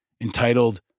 entitled